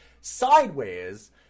sideways